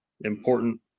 important